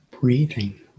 breathing